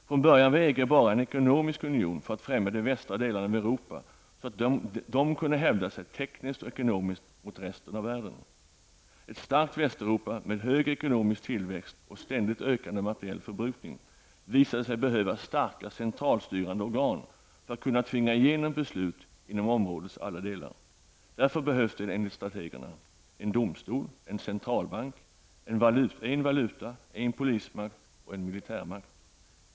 Från början var EG bara en ekonomisk union för att främja de västra delarna av Europa så att de kunde hävda sig tekniskt och ekonomiskt mot resten av världen. Ett starkt Västeuropa med hög ekonomisk tillväxt och ständigt ökande materiell förbrukning visade sig behöva starka centralstyrande organ för att kunna tvinga igenom beslut inom områdets alla delar. Därför behövs det enligt strategerna en domstol, en centralbank, en valuta, en polismakt och en militärmakt.